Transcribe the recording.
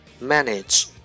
manage